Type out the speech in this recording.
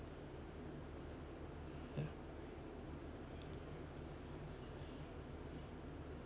yeah